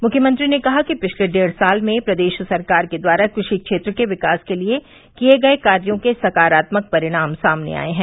मुख्यमंत्री ने कहा कि पिछते डेढ़ साल में प्रदेश सरकार के द्वारा कृषि क्षेत्र के विकास के लिये किये गये कार्यो के सकारात्मक परिणाम सामने आये हैं